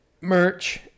merch